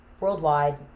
worldwide